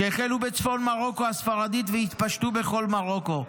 שהחלו בצפון מרוקו הספרדית והתפשטו בכל מרוקו.